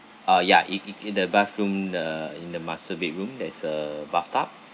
ah ya it it in the bathroom uh in the master bedroom there is a bathtub